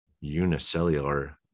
unicellular